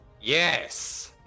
Yes